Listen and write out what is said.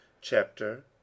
Chapter